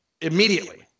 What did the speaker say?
immediately